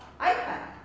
iPad